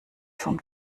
vom